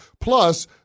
Plus